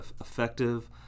effective